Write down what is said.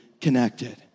connected